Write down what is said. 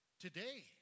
Today